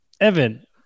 evan